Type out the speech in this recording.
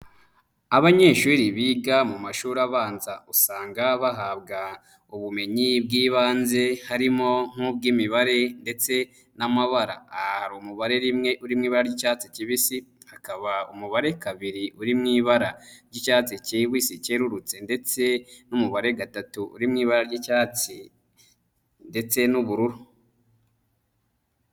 Abanyeshuri biga mu mashuri abanza, usanga bahabwa ubumenyi bw'ibanze harimo nk'ubw'imibare ndetse n'amabara. Aha hari umubare rimwe uri mu ibara ry'icyatsi kibisi, hakaba umubare kabiri uri mu ibara ry'icyatsi kibisi kerurutse ndetse n'umubare gatatu uri mu ibara ry'icyatsi ndetse n'ubururu.